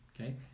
okay